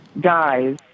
guys